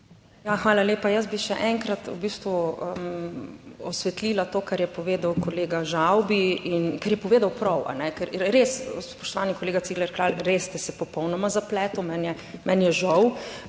Ja, hvala lepa. Jaz bi še enkrat v bistvu osvetlila to, kar je povedal kolega Žavbi in kar je povedal prav, ker res, spoštovani kolega Cigler Kralj, res ste se popolnoma zapletel. Meni je,